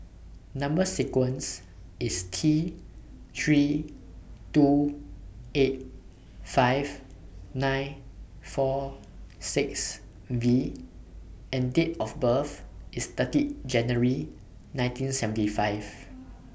Number sequence IS T three two eight five nine four six V and Date of birth IS thirty January nineteen seventy five